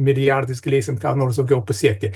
milijardais galėsim ką nors daugiau pasiekti